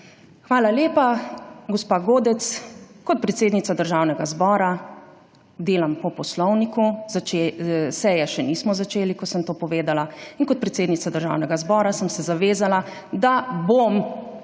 Hvala lepa, gospa Godec. Kot predsednica Državnega zbora delam po poslovniku. Seje še nismo začeli, ko sem to povedala, in kot predsednica Državnega zbora sem se zavezala, da bom ostro